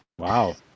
Wow